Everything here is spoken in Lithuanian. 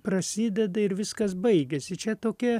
prasideda ir viskas baigiasi čia tokie